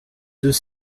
deux